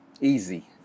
easy